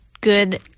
good